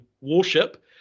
warship